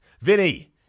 Vinny